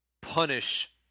Punish